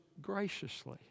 graciously